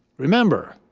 remember,